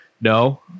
No